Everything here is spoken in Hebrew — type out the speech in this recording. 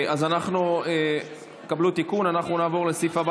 אנחנו נעבור לסעיף הבא